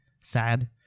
sad